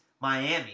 Miami